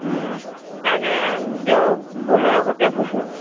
ତା'ହେଲେ ଯେଉଁ ବୋଲେରୋ ଗୋଟେ ବୁଝୁ